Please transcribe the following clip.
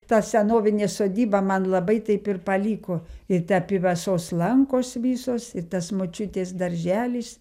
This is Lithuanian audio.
ta senovinė sodyba man labai taip ir paliko ir te pyvesos lankos visos ir tas močiutės darželis